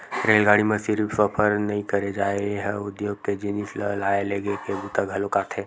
रेलगाड़ी म सिरिफ सफर नइ करे जाए ए ह उद्योग के जिनिस ल लाए लेगे के बूता घलोक आथे